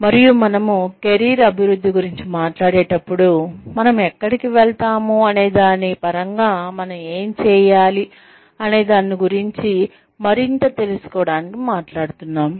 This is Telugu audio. మరియు మనము కెరీర్ అభివృద్ధి గురించి మాట్లాడేటప్పుడు మనం ఎక్కడికి వెళ్తాము అనే దాని పరంగా మనం ఏమి చేయాలి అనేదాని గురించి మరింత తెలుసుకోవడానికి మాట్లాడుతున్నాము